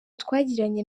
twagiranye